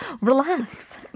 relax